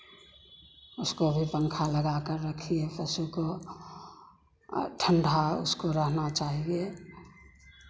उसको भी पंखा लगाकर रखिए पशु को ठंढा उसको रहना चाहिए